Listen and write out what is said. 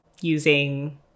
using